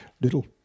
little